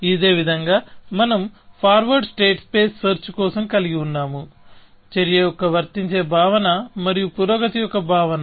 ఇదే విధంగా మనం ఫార్వర్డ్ స్టేట్ స్పేస్ సెర్చ్ కోసం కలిగిఉన్నాము చర్య యొక్క వర్తించే భావన మరియు పురోగతి యొక్క భావన